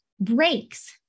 breaks